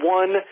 one